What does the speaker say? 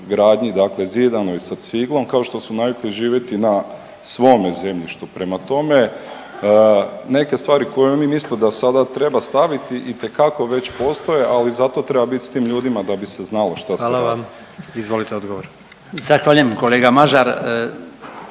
gradnji, dakle zidanoj sa ciglom, kao što su navikli živjeti na svome zemljištu. Prema tome, neke stvari koje oni misle da sada treba staviti itekako već postoje, ali za to treba biti s tim ljudima da bi se znalo šta se radi. **Jandroković, Gordan (HDZ)** Hvala vam.